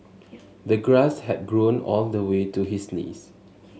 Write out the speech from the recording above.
the grass had grown all the way to his knees